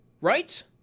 right